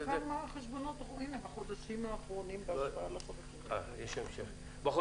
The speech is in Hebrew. כמה חשבונות בחודשים האחרונים בהשוואה לחודשים --- בנתונים,